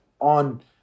on